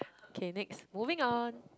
okay next moving on